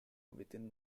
within